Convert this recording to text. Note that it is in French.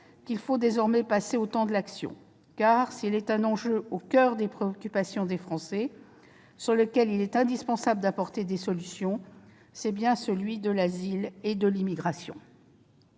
qu'il faut désormais passer au temps de l'action. Car s'il est un enjeu au coeur des préoccupations des Français sur lequel il est indispensable d'apporter des solutions, c'est bien celui de l'asile et de l'immigration.